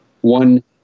one